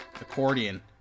Accordion